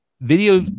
Video